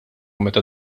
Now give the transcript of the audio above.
meta